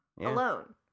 alone